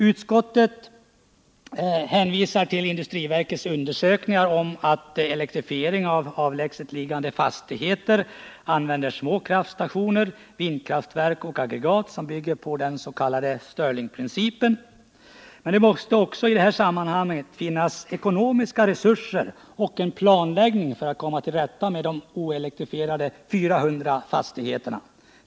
Utskottet hänvisar till industriverkets undersökningar av möjligheterna att för elektrifiering av avlägset liggande fastigheter använda små kraftstationer, vindkraftverk och aggregat som bygger på den s.k. stirlingprincipen. Men det måste också i detta sammanhang finnas ekonomiska resurser och en planläggning för att komma till rätta med de oelektrifierade 400 fastigheterna.